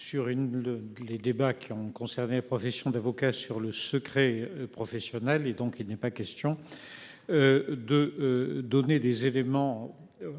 le les débats qui ont concerné profession d'avocat sur le secret de professionnel et donc il n'est pas question. De donner des éléments.